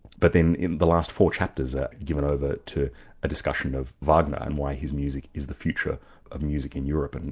but then the last four chapters are given over to a discussion of wagner and why his music is the future of music in europe, and